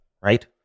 Right